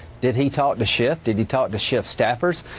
did he talk to schiff? did he talk to schiff staffers?